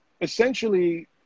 essentially